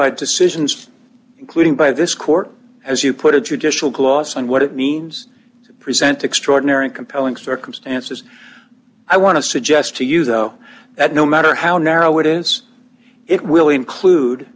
by decisions including by this court as you put a judicial gloss on what it means to present extraordinary compelling circumstances i want to suggest to you though that no matter how narrow it is it will include